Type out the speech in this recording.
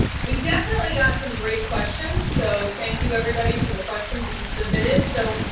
we definitely got some great questions. so, thank you, everybody, for the questions that you submitted. so,